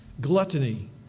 gluttony